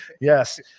yes